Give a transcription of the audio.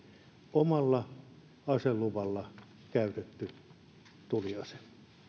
omalla aseluvalla käytetty tuliase